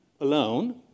alone